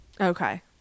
okay